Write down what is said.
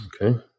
okay